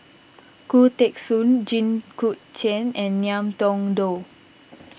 Khoo Teng Soon Jit Koon Ch'ng and Ngiam Tong Dow